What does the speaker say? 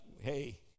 hey